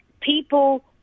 People